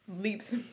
leaps